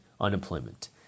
unemployment